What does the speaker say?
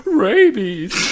rabies